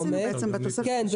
זה מה שעשינו בתוספת וצמצמנו.